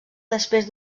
després